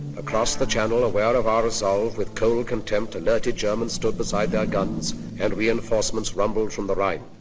across the channel, aware of our resolve with cold contempt, alerted germans stood beside their guns and reinforcements rumbled from the rhine.